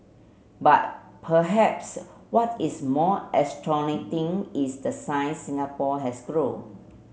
but perhaps what is more astounding is the size Singapore has grown